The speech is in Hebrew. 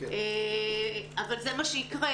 אבל זה מה שיקרה,